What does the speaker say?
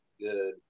good